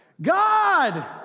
God